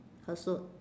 her suit